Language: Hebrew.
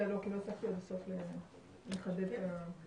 לא, כי לא הצלחתי עד הסוף לחדד את התשובה.